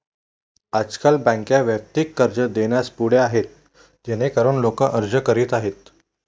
आजकाल बँका वैयक्तिक कर्ज देण्यास पुढे आहेत जेणेकरून लोक अर्ज करीत आहेत